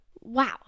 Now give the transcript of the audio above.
Wow